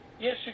Yes